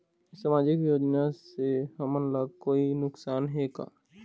सामाजिक योजना से हमन ला कोई नुकसान हे का?